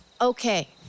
okay